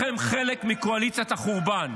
כולכם חלק מקואליציית החורבן.